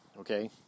Okay